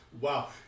Wow